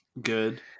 good